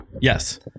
Yes